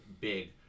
big